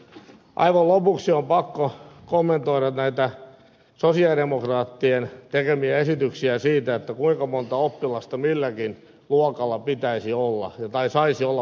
aivan lopuksi on pakko kommentoida sosialidemokraattien tekemiä esityksiä siitä kuinka monta oppilasta milläkin luokalla saisi olla maksimissaan